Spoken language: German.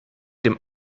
dem